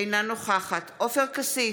אינה נוכחת עופר כסיף,